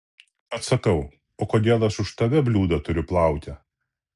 atsakau o kodėl aš už tave bliūdą turiu plauti